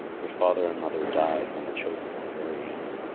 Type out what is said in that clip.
their father and mother died when the children were very young.